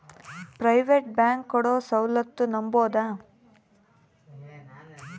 Private bank ಕೊಡೊ ಸೌಲತ್ತು ನಂಬಬೋದ?